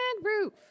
roof